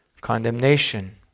condemnation